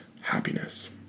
happiness